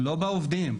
לא בעובדים.